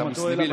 אתה מוסלמי,